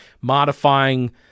modifying